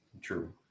true